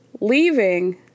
leaving